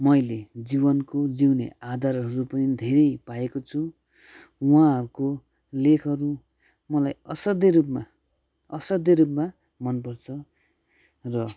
मैले जीवनको जिउने आधारहरू पनि धेरै पाएको छु उहाँको लेखहरू मलाई असाध्य रुपमा असाध्यै रुपमा मन पर्छ र